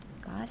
God